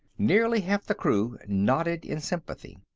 nearly half the crew nodded in sympathy.